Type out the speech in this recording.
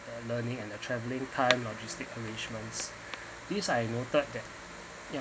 learning and the travelling time logistic arrangements these I noted that